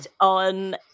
on